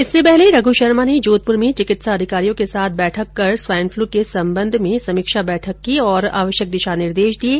इससे पहले रघ् शर्मा ने जोधपुर में चिकित्सा अधिकारियों के साथ बैठकर स्वाईन फ्लू के संबंध में समीक्षा बैठक की और आवश्यक दिशा निर्देश दिये